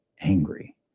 angry